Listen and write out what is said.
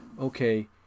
okay